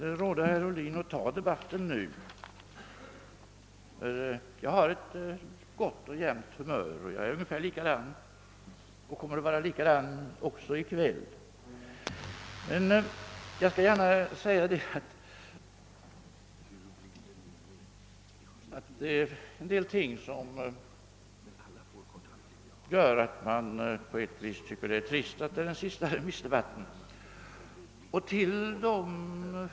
Det är ett felaktigt referat, herr statsminister!).